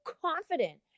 confident